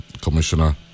Commissioner